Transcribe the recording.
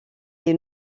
est